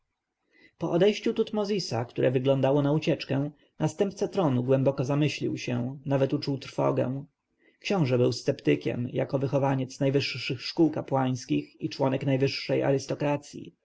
po odejściu tutmozisa które wyglądało na ucieczkę następca tronu głęboko zamyślił się nawet uczuł trwogę książę był sceptykiem jako wychowaniec wyższych szkół kapłańskich i członek najwyższej